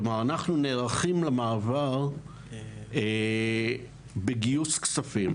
כלומר, אנחנו נערכים למעבר בגיוס כספים.